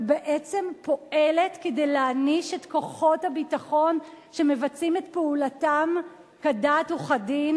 ובעצם פועלת כדי להעניש את כוחות הביטחון שמבצעים את פעולתם כדת וכדין,